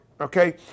okay